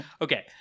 Okay